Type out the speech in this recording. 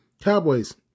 Cowboys